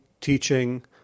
teaching